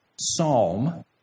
psalm